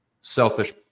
selfish